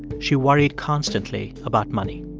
she worried constantly about money.